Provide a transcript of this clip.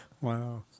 Wow